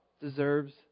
deserves